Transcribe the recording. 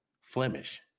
Flemish